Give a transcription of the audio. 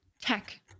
tech